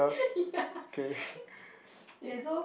yeah wait so